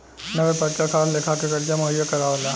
नगरपालिका खास लेखा के कर्जा मुहैया करावेला